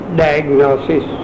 diagnosis